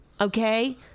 Okay